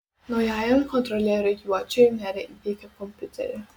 naujajam kontrolieriui juočiui merė įteikė kompiuterį